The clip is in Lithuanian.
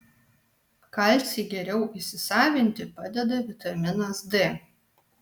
kalcį geriau įsisavinti padeda vitaminas d